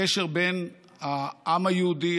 הקשר בין העם היהודי,